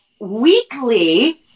weekly